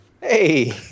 Hey